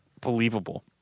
Believable